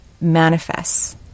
manifests